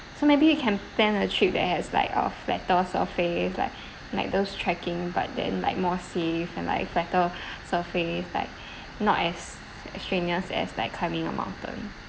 so maybe we can plan a trip that has like err flatter surface like like those trekking but then like more safe and like flatter surface like not as strenuous as like climbing a mountain